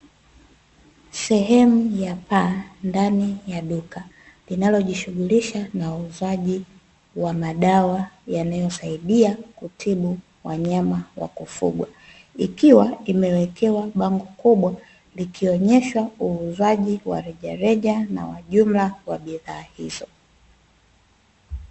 Sehemu ya paa ndani ya duka, inayojishughulisha na uuzaji wa madawa yanayosaidia kutibu wanyama wa kufugwa. Ikiwa imewekewa bango kubwa, likionesha uuzaji wa rejareja na wa jumla wa bidhaa hizo.